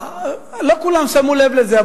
לא כולם שמו לב לזה,